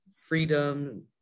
freedom